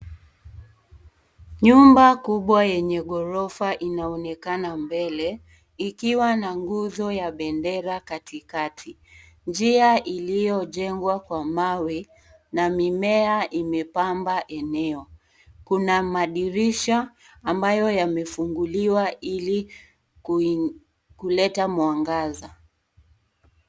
Nyumba kubwa yenye ghorofa inaonekana mbele ikiwa na nguzo ya pendera Kati kati. Njia iliyojengwa kwa mawe na mimea imepamba eneo. Kuna madirisha ambayo yamefunguliwa Ili kuleta mwangaza.